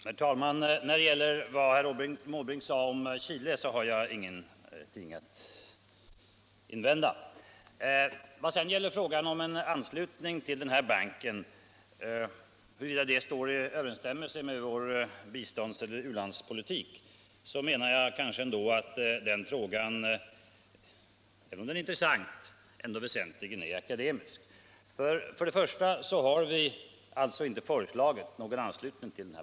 Herr talman! Vad gäller det som herr Måbrink sade om Chile har jag ingenting att invända. Vad sedan gäller frågan huruvida en anslutning till IDB-banken står i överensstämmelse med vår bistånds eller u-landspolitik menar jag att den frågan, även om den är intressant, ändå väsentligen är akademisk. För det första har regeringen inte föreslagit någon anslutning till IDB.